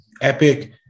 epic